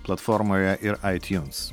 platformoje ir itunes